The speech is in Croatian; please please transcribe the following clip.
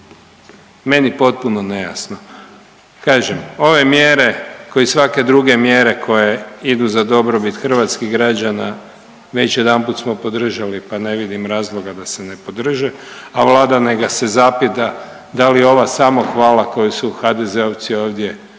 meni potpuno nejasno. Kažem, ove mjere ko i svake druge mjere koje idu za dobrobit hrvatskih građana već jedanput smo podržali, pa ne vidim razloga da se ne podrže, a Vlada neka se zapita da li ova samohvala koju su HDZ-ovci ovdje